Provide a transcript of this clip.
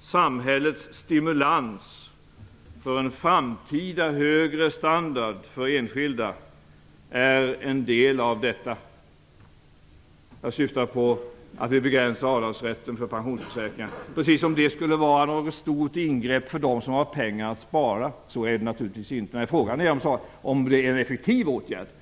samhällets stimulans för en framtida högre standard för enskilda är en del av detta. Jag syftar på att vi begränsar avdragsrätten för pensionsförsäkringar, precis som om det skulle vara något stort ingrepp för dem som har pengar att spara. Så är det naturligtvis inte. Men frågan är snarare om det är en effektiv åtgärd.